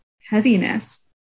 heaviness